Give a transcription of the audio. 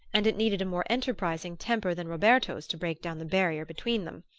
and it needed a more enterprising temper than roberto's to break down the barrier between them.